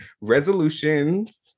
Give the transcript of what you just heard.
resolutions